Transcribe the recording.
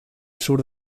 sur